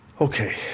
Okay